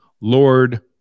Lord